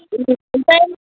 अ ओमफ्राय